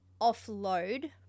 offload